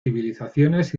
civilizaciones